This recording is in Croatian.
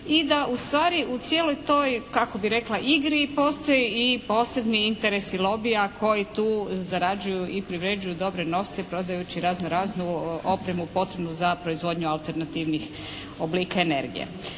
i da ustvari u cijeloj toj kako bih rekla igri postoje i posebni interesi lobija koji tu zarađuju i privređuju dobre novce prodajući razno raznu opremu potrebnu za proizvodnju alternativnih oblika energije.